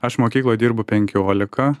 aš mokykloje dirbu penkiolika